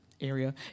area